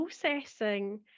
processing